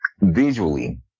visually